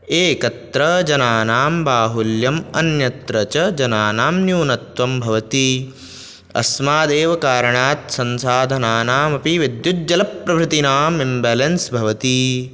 एकत्र जनानां बाहुल्यम् अन्यत्र च जनानां न्यूनत्वं भवति अस्मादेव कारणात् संसाधनानामपि विद्युत्जलप्रभृतीनां इम्बेलेन्स् भवति